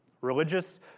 Religious